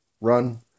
run